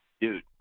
dude